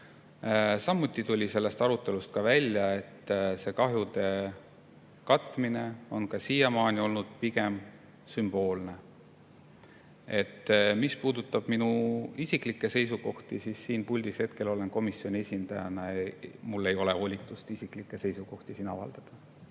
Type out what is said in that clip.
Samuti tuli sellest arutelust välja, et see kahjude katmine on ka siiamaani olnud pigem sümboolne. Mis puudutab minu isiklikke seisukohti, siis siin puldis olen ma komisjoni esindajana ja mul ei ole volitust isiklikke seisukohti avaldada.